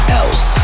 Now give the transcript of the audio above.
else